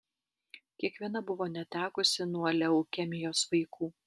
kiekviena buvo netekusi nuo leukemijos vaikų